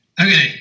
Okay